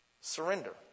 surrender